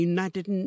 United